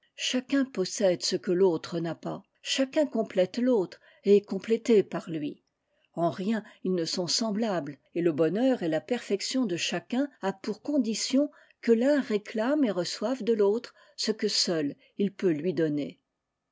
chacun possède ce que l'autre n'a pas chacun complète l'autre et est complété par lui en rien ils ne sont semblables et le bonheur et la perfection de chacun a pour condition que l'un réclame etreçoive de l'autre ce que seul il peut lui donner